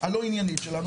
הלא עניינית שלנו,